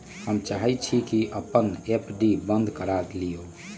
हम चाहई छी कि अपन एफ.डी बंद करा लिउ